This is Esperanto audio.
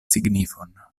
signifon